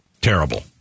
Terrible